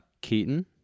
Keaton